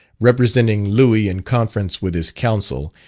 representing louis in conference with his counsel,